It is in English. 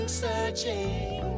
searching